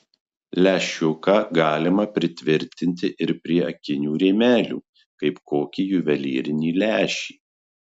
lęšiuką galima pritvirtinti ir prie akinių rėmelių kaip kokį juvelyrinį lęšį